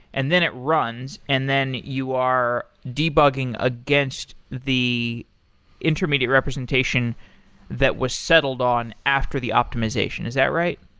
and then it runs, and then you are debugging against the intermediate representation that was settled on after the optimization. is that right?